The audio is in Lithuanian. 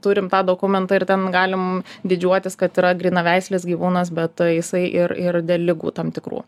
turim tą dokumentą ir ten galim didžiuotis kad yra grynaveislis gyvūnas be to jisai ir ir dėl ligų tam tikrų